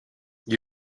you